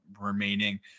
remaining